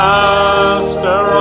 master